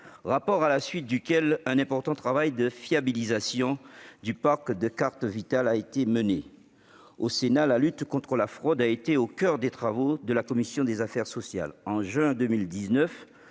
Goulet, à la suite duquel un important travail de fiabilisation du parc de cartes Vitale a été mené. Au Sénat, la lutte contre la fraude a été au coeur des travaux de la commission des affaires sociales. Au mois